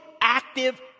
active